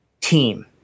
team